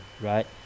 right